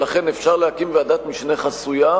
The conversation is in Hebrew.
ולכן אפשר להקים ועדת משנה חסויה,